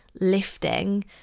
lifting